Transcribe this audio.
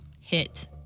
hit